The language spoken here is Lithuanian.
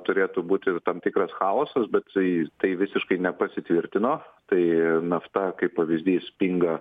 turėtų būti tam tikras chaosas bet su jais tai visiškai nepasitvirtino tai nafta kaip pavyzdys pinga